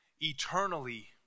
eternally